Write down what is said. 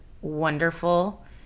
wonderful